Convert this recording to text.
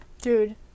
Dude